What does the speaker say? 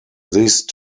these